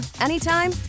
anytime